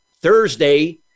Thursday